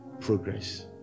progress